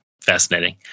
Fascinating